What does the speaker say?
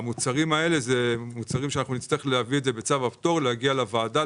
האלה הם מוצרים שנצטרך להביא בצו הפטור לוועדה,